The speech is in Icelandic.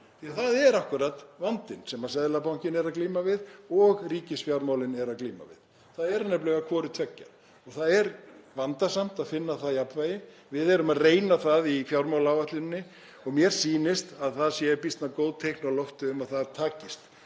það er akkúrat vandinn sem Seðlabankinn og ríkisfjármálin eru að glíma við. Það er nefnilega hvoru tveggja. Það er vandasamt að finna það jafnvægi. Við erum að reyna það í fjármálaáætluninni og mér sýnist að það séu býsna góð teikn á lofti um að það takist.